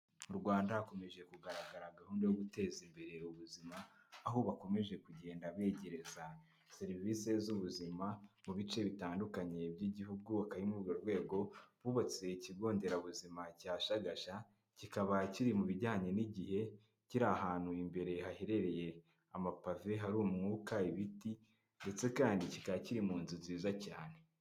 Mu Rwanda hakomeje kugaragara gahunda yo guteza imbere ubuzima aho bakomeje kugenda begereza serivisi z'ubuzima mu bice bitandukanye by'igihugu, akaba ari muri urwo rwego bubatse ikigo nderabuzima cya Shagasha kikaba kiri mu bijyanye n'igihe, kiri ahantutu imbere haherereye amapave, hari umwuka ibiti ndetse kandi kikaba kiri mu nzu nziza cyane.